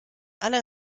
alle